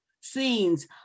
scenes